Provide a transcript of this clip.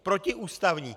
Protiústavní!